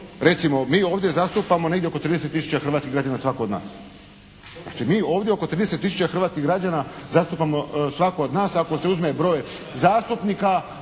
recimo mi ovdje zastupamo negdje oko 30 tisuća građana svatko od nas. Znači mi ovdje oko 30 tisuća hrvatskih građana zastupamo svako od nas. Ako se uzme broj zastupnika,